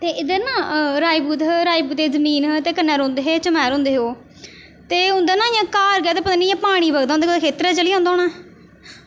ते इद्धर ना राजपूत हे राजपूतें दी जमीन ही ते कन्नै रौंह्दे हे चमैर होंदे हे ओह् ते उं'दा ना इ'यां घर गै ते पना नि इ'यां पानी बगदा कुतै उंदे खेत्तरें च चली जंदा होना